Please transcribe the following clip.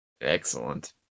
Excellent